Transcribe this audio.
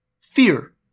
fear